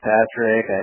Patrick